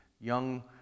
young